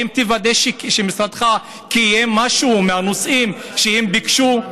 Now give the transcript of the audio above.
האם תוודא שמשרדך קיים משהו מהנושאים שהם ביקשו,